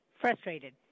Frustrated